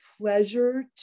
pleasure